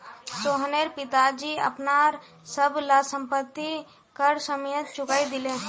सोहनेर पिताजी अपनार सब ला संपति कर समयेत चुकई दिले